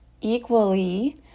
equally